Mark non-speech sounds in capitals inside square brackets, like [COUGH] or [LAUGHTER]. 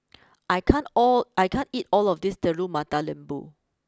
[NOISE] I can't all I can't eat all of this Telur Mata Lembu